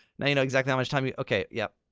now you know exactly how much time you okay, yup.